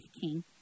King